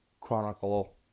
chronicle